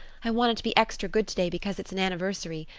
i wanted to be extra good today because it's an anniversary.